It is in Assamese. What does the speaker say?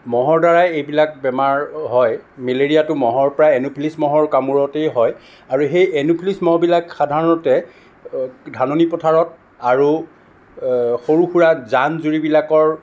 মহৰ দ্বাৰাই এইবিলাক বেমাৰ হয় মেলেৰিয়াটো মহৰ পৰা এন'ফিলিছ মহৰ কামোৰতেই হয় আৰু সেই এন'ফিলিছ মহবিলাক সাধাৰণতে ধাননি পথাৰত আৰু সৰু সুৰা জান জুৰিবিলাকৰ